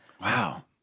Wow